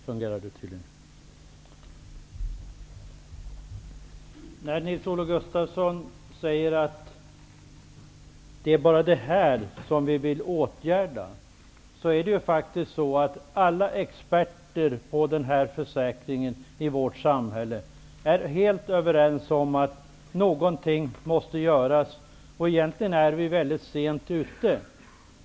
Fru talman! Nils-Olof Gustafsson säger att det bara är detta vi vill åtgärda, men jag vill påminna om att alla experter på den här försäkringen i vårt samhälle faktiskt är helt överens om att någonting måste göras. Egentligen är vi väldigt sent ute.